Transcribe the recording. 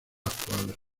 actuales